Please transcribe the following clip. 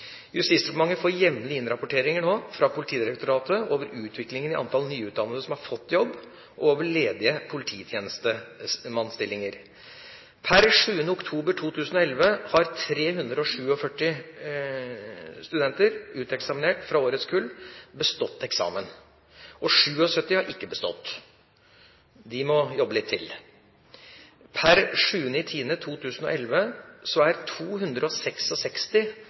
Justisdepartementet får jevnlige innrapporteringer fra Politidirektoratet om utviklingen i antall nyutdannede som har fått jobb, og over ledige polititjenestemannsstillinger. Per 7. oktober 2011 har 347 studenter, uteksaminert fra årets kull, bestått eksamen. 77 har ikke bestått, og de må jobbe litt til. Per 7. oktober 2011 er